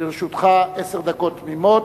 לרשותך עשר דקות תמימות.